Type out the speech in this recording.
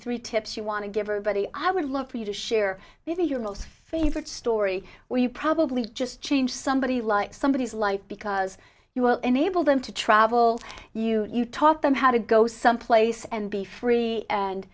three tips you want to give or buddy i would love for you to share maybe your most favorite story where you probably just change somebody's life somebodies life because you will enable them to travel you taught them how to go someplace and be free and